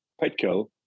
Petco